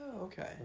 okay